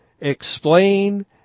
explain